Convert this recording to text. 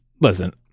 Listen